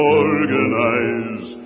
organize